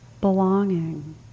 belonging